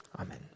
Amen